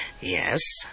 Yes